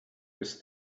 was